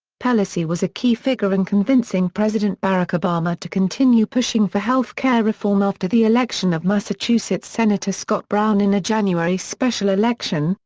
pelosi was a key figure in convincing president barack obama to continue pushing for health care reform after the election of massachusetts sen. scott brown in a january special election,